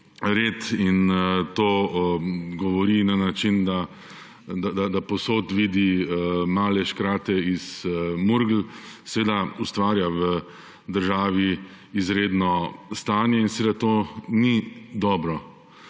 in to govori na način, da povsod vidi male škrate iz Murgel, seveda ustvarja v državi izredno stanje in seveda to ni dobro.